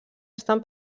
estan